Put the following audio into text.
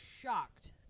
shocked